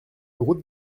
route